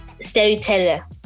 storyteller